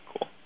Cool